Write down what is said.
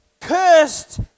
Cursed